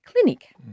clinic